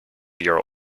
your